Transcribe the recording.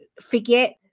forget